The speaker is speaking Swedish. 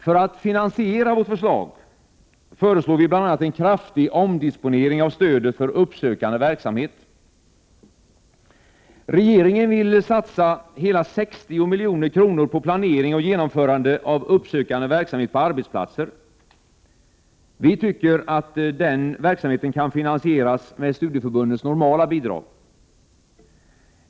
För att finansiera vårt förslag skulle det behövas bl.a. en kraftig omdisponering av stödet för uppsökande verksamhet. Regeringen vill satsa hela 60 miljoner på planering och genomförande av uppsökande verksamhet på arbetsplatser. Vi tycker att den verksamheten kan finansieras med studieförbundens normala bidrag.